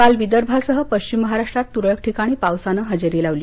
काल विदर्भासह पश्चिम महाराष्ट्रात तुरळक ठिकाणी पावसानं हजेरी लावली